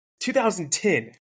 2010